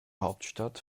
hauptstadt